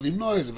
ולמנוע את זה,